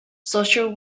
social